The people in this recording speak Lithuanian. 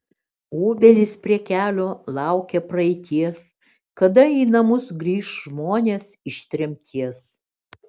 obelys prie kelio laukia praeities kada į namus grįš žmonės iš tremties